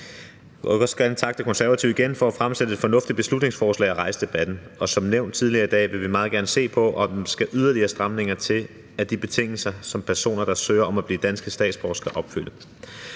Jeg vil også gerne takke De Konservative igen for at fremsætte et fornuftigt beslutningsforslag og rejse debatten, og som nævnt tidligere i dag vil vi meget gerne se på, om der skal yderligere stramninger til af de betingelser, som personer, der søger om at blive danske statsborgere, skal opfylde,